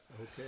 Okay